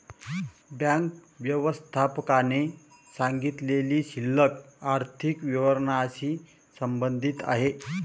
bank व्यवस्थापकाने सांगितलेली शिल्लक आर्थिक विवरणाशी संबंधित आहे